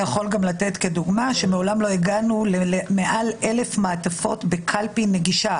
אתה יכול לתת דוגמה שמעולם לא הגענו למעל 1,000 מעטפות בקלפי נגישה.